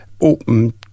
open